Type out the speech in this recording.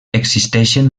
existeixen